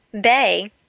Bay